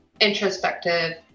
introspective